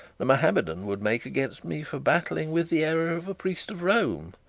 the mahometan would make against me for battling with the error of a priest of rome.